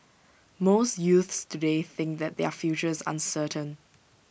most youths today think that their future is uncertain